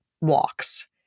walks